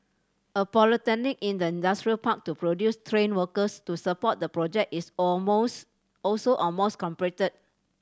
a polytechnic in the industrial park to produce trained workers to support the project is all most also almost completed